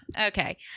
okay